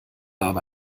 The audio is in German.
aber